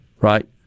right